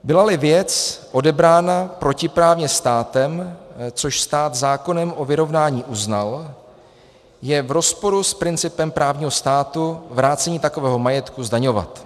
Bylali věc odebrána protiprávně státem, což stát zákonem o vyrovnání uznal, je v rozporu s principem právního státu vrácení takového majetku zdaňovat.